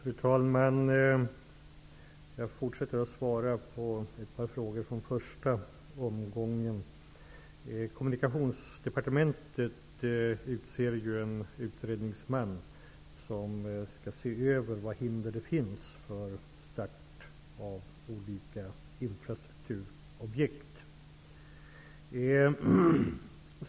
Fru talman! Jag fortsätter med att svara på ett par frågor från den första omgången. Kommunikationsdepartementet utser en utredningsman som skall undersöka vilka hinder som finns när det gäller starten av olika infrastrukturobjekt.